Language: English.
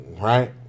right